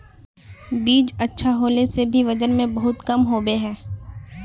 बीज अच्छा होला से भी वजन में बहुत कम होबे है?